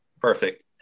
perfect